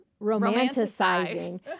Romanticizing